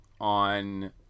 on